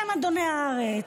אתם אדוני הארץ",